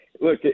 Look